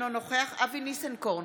אינו נוכח אבי ניסנקורן,